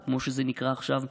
או כמו שזה נקרא עכשיו,